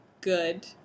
good